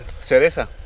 Cereza